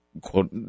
quote